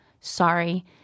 sorry